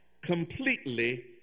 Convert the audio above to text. completely